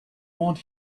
want